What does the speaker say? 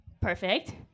Perfect